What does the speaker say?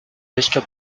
richter